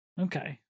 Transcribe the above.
Okay